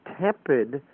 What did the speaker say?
tepid